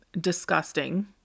disgusting